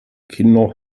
kinder